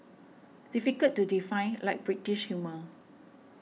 difficult to define like British humour